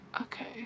Okay